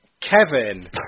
Kevin